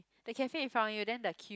the cafe in front of you then the queue